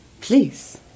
please